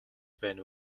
байна